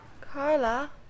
Carla